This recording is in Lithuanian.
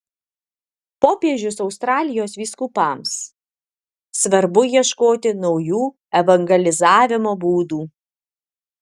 popiežius australijos vyskupams svarbu ieškoti naujų evangelizavimo būdų